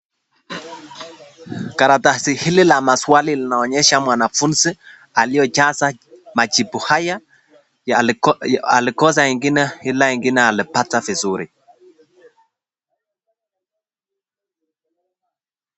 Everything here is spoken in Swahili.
Karatasi hili la maswali linaonyesha mwanafuzi aliojaza majibu haya, alikosa ingine ila ingine alipata vizuri.